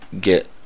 get